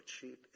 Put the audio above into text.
cheap